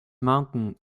mountain